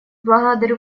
благодарю